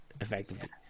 effectively